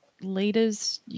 leaders